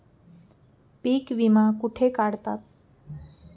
पीक विमा कुठे काढतात?